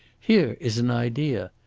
here is an idea!